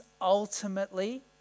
ultimately